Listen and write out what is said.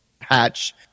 hatch